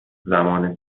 زمان